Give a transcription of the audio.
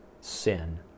sin